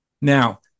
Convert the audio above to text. Now